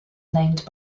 named